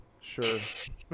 Sure